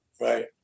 Right